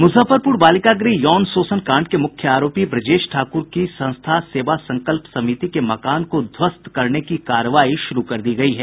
मूजफ्फरपूर बालिका गृह यौन शोषण कांड के मूख्य आरोपी ब्रजेश ठाक्र की संस्था सेवा संकल्प समिति के मकान को ध्वस्त करने की कार्रवाई शुरू कर दी गयी है